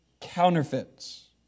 counterfeits